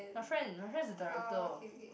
my friend my friend is a director